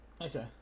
Okay